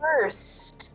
First